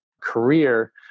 career